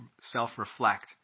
self-reflect